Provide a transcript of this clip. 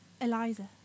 Eliza